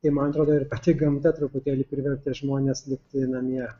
tai man atrodo ir pati gamta truputėlį privertė žmones likti namie